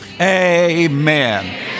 Amen